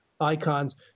icons